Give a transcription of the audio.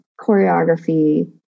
choreography